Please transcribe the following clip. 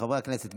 חברי הכנסת,